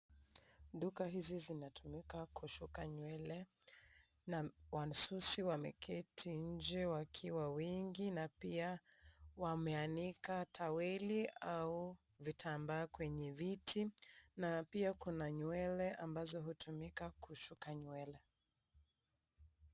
Duka hizi zinatumika kusuka nywele na wasusi wameketi nje wakiwa wengi na pia wameanika taweli au vitambaa kwenye viti na pia kuna nywele ambazo hutumuka kusuka nywele.